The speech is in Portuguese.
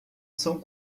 são